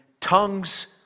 tongues